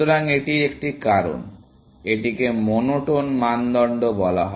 সুতরাং এটির একটি কারণ এটিকে মনোটোন মানদণ্ড বলা হয়